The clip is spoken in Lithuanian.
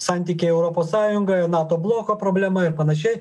santykiai europos sąjungoje nato bloko problema ir panašiai